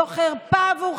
זאת חרפה עבורכם.